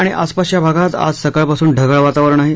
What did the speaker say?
मुंबई आणि आसपासच्या भागात आज सकाळपासून ढगाळ वातावरण आहे